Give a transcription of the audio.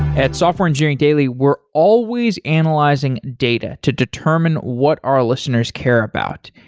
at software engineering daily, we're always analyzing data to determine what our listeners care about.